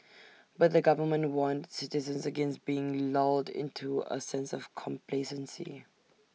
but the government warned citizens against being lulled into A sense of complacency